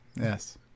yes